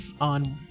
on